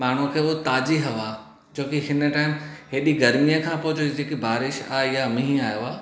माण्हूअ खे उहो ताज़ी हवा छोकी हिन टाइम हेॾी गरमीअ खां पोइ हीअ जेकी बारिश आई आहे मींहुं आहियो आहे